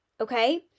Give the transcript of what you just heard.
okay